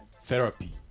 therapy